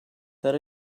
that